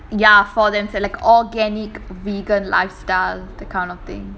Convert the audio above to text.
ya for them it's like organic vegan lifestyle that kind of thing